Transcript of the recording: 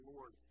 Lord